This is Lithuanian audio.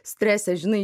strese žinai